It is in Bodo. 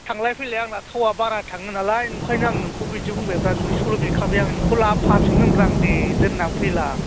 थांलाय फैलाय आंना थावा बारा थाङो नालाय नंखायनो आं नोंखौ बिदि बुंबाय रा दुइस'ल' बिखाबाय आं नोंखौ लाबोफाफिनगोनब्रा आं दे दोननानै फैला